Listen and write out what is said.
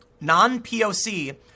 non-POC